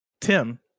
Tim